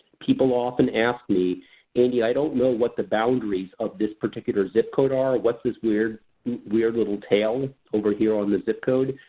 people often ask me andy i don't know what the boundaries of this particular zip code are, what's this weird weird little tale over here on the zip code,